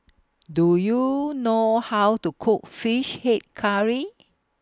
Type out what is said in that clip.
Do YOU know How to Cook Fish Head Curry